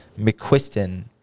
McQuiston